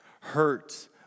hurt